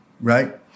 Right